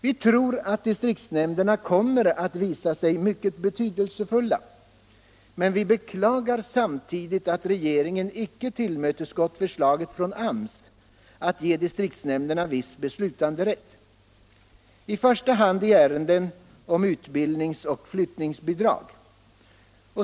Vi tror att distriktsnämnderna kommer att visa sig mycket betydelsefulla. Vi beklagar samtidigt att regeringen icke tillmötesgått förslaget från AMS att ge distriktshämnderna viss beslutanderätt, i första hand i ärenden om utbildnings och flyttningsbidrag.